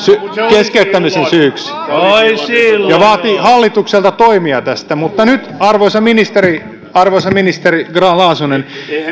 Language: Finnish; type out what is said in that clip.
keskeyttämisen syyksi ja vaati hallitukselta toimia tästä mutta nyt arvoisa ministeri arvoisa ministeri grahn laasonen